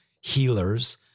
healers